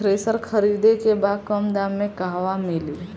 Thresher खरीदे के बा कम दाम में कहवा मिली?